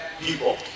people